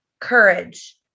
courage